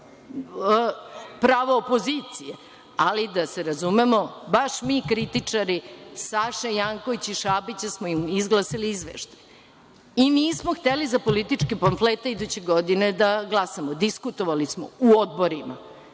Pravo opozicije, ali da se razumemo, baš mi kritičari, Saša Janković i Šabića smo im izglasali izveštaj i nismo hteli za političke pamflete iduće godine da glasamo. Diskutovali smo u odborima.